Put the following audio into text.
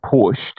pushed